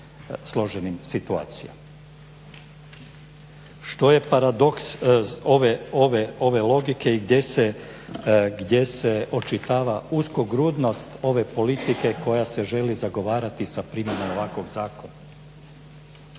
složenim situacijama. Što je paradoks ove logike i gdje se očitava uskogrudnost ove politike koja se želi zagovarati sa primjenom ovakvog zakona?